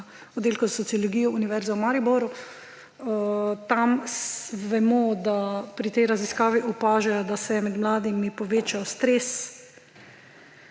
na Oddelku za sociologijo Univerze v Mariboru. Vemo, da pri tej raziskavi opažajo, da se je med mladimi povečal stres,